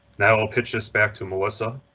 now i'll pitch this back to melissa.